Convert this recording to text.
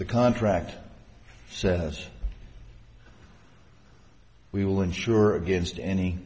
the contract says we will insure against any